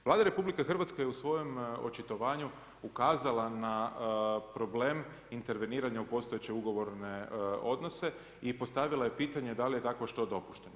Vlada RH je u svojem očitovanju ukazala na problem interveniranja u postojeće ugovorne odnose i postavila je pitanje da li je takvo što dopušteno.